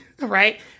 right